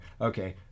Okay